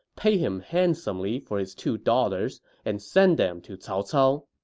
pay him handsomely for his two daughters, and send them to cao cao?